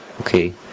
okay